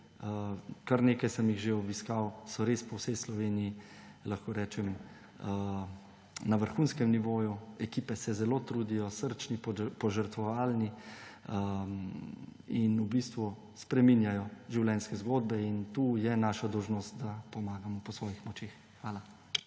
kar nekaj sem jih že obiskal – so res po vsej Sloveniji, lahko rečem, na vrhunskem nivoju. Ekipe se zelo trudijo, so srčni, požrtvovalni in v bistvu spreminjajo življenjske zgodbe. In tu je naša dolžnost, da pomagamo po svojih močeh. Hvala.